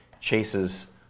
chases